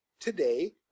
Today